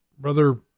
Brother